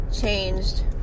changed